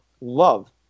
love